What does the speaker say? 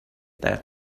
that